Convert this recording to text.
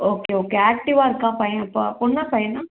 okay okay ஆக்ட்டிவாக இருக்கான் பையன் அப்போ பொண்ணா பையனா